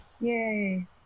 Yay